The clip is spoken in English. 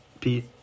pete